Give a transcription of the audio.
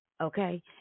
Okay